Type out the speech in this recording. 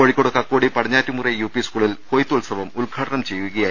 Kozhikode Kakkodi Padinjattumuri UP സ്കൂളിൽ കൊയ്ത്തുത്സവം ഉദ്ഘാടനം ചെയ്യുകയാ